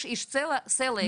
יש איש סל"ע אחד.